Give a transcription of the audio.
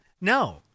No